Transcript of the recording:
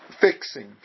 fixing